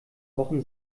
wochen